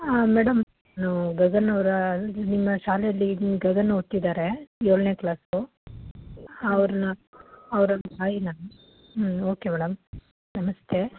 ಹಾಂ ಮೇಡಮ್ ಅದು ಗಗನ್ ಅವರ ನಿಮ್ಮ ಶಾಲೇಲಿ ಗಗನ್ ಓದ್ತಿದ್ದಾರೆ ಏಳನೆ ಕ್ಲಾಸು ಅವ್ರನ್ನ ಅವ್ರ ತಾಯಿ ನಾನು ಹ್ಞೂ ಓಕೆ ಮೇಡಮ್ ನಮಸ್ತೆ